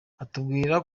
atubwira